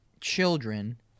children